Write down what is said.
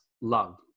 love